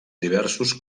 diversos